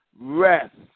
rest